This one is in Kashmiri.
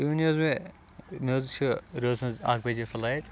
تُہۍ ؤنِو حٕظ مےٚ مےٚ حٕظ چھ رٲژ ہٕنٛز اکھ بجے فلایٹ